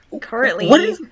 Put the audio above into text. currently